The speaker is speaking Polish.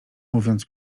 mówiąc